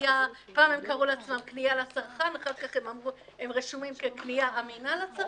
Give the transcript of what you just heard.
פעם הם קראו לעצמם קנייה לצרכן ואחר כך הם רשומים כקנייה אמינה לצרכן.